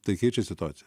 tai keičia situaciją